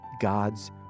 God's